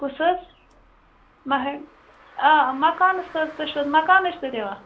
کُس حظ مہینٛد آ مَکانَس تہٕ حظ تُہۍ چھُو حظ مَکانٕچ تہِ دِوان